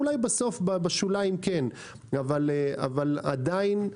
אולי בסוף בשוליים כן אבל עדיין,